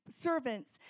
servants